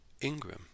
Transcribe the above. ingram